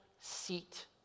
seat